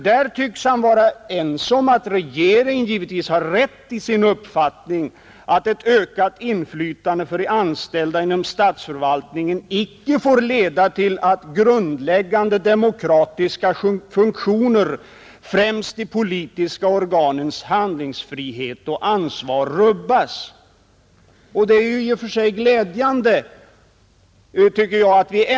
Där tycks han anse att regeringen har rätt i sin uppfattning att ett ökat inflytande för de anställda inom statsförvaltningen icke får leda till att grundläggande demokratiska funktioner — främst de politiska organens handlingsfrihet och ansvar — rubbas. Detta är i och för sig glädjande, tycker jag.